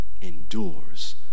endures